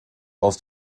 aus